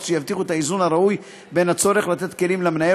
שיבטיחו את האיזון הראוי בין הצורך לתת כלים למנהל